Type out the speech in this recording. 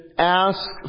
ask